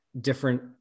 different